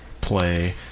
play